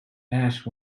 ash